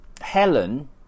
Helen